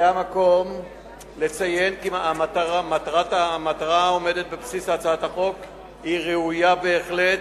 זה המקום לציין כי המטרה העומדת בבסיס הצעת החוק ראויה בהחלט,